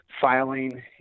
filing